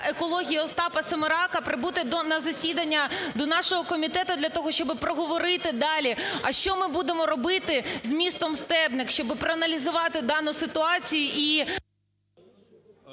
екології Остапа Семерака прибути на засідання до нашого комітету для того, щоб проговорити далі, а що ми будемо робити з містом Стебник, щоб проаналізувати дану ситуацію